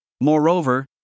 Moreover